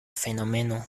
fenomeno